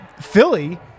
Philly